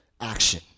action